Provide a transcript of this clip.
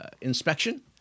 inspection